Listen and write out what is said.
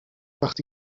وقتی